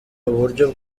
uburyo